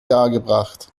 dargebracht